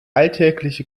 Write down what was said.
alltägliche